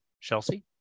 Chelsea